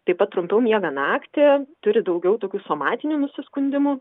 taip pat trumpiau miega naktį turi daugiau tokių somatinių nusiskundimų